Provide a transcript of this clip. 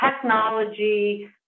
technology